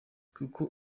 kuko